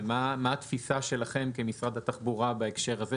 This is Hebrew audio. ומה התפיסה שלכם כמשרד התחבורה בהקשר הזה?